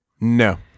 No